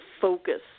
focus